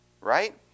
Right